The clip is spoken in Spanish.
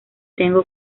tengo